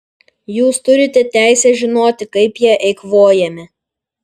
jūs turite teisę žinoti kaip jie eikvojami